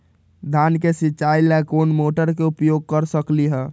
धान के सिचाई ला कोंन मोटर के उपयोग कर सकली ह?